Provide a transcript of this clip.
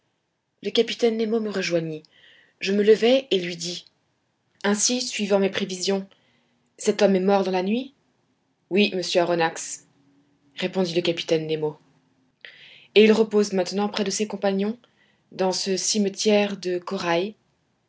le capitaine nemo me rejoignit je me levai et lui dis ainsi suivant mes prévisions cet homme est mort dans la nuit oui monsieur aronnax répondit le capitaine nemo et il repose maintenant près de ses compagnons dans ce cimetière de corail